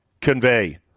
convey